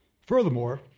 furthermore